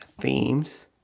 themes